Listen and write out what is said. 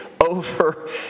over